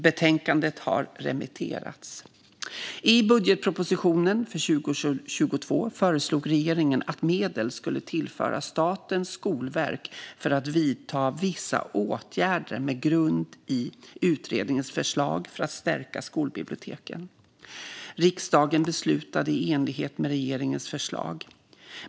Betänkandet har remitterats. I budgetpropositionen för 2022 föreslog regeringen att medel skulle tillföras Statens skolverk för att vidta vissa åtgärder med grund i utredningens förslag för att stärka skolbiblioteken. Riksdagen beslutade i enlighet med regeringens förslag.